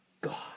God